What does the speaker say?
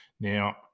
Now